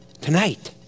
Tonight